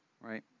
Right